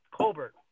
Colbert